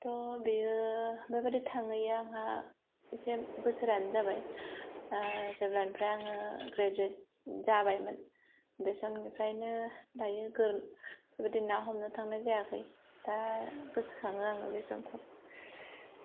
थ' बियो बेबादि थाङैआ आंहा एसे बोसोरानो जाबाय जेब्लानिफ्राइ आङो ग्रेजुयेट जाबायमोन बे समनिफ्राइनो दायो बेदि ना हमनो थांनाय जायाखै दा गोसोखाङो आङो बे समखौ